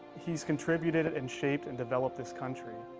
he's contributed and shaped and developed this country.